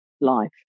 life